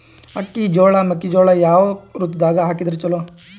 ಅಕ್ಕಿ, ಜೊಳ, ಮೆಕ್ಕಿಜೋಳ ಯಾವ ಋತುದಾಗ ಹಾಕಿದರ ಚಲೋ?